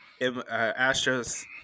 Astros